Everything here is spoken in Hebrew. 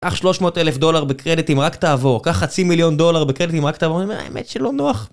קח שלוש מאות אלף דולר בקרדיט אם רק תעבור, קח חצי מיליון דולר בקרדיט אם רק תעבור, אני אומר האמת שלא נוח.